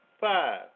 five